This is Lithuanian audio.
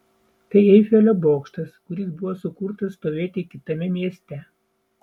tai eifelio bokštas kuris buvo sukurtas stovėti kitame mieste